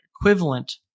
equivalent